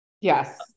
Yes